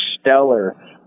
stellar